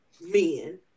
men